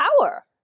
power